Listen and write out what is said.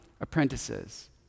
apprentices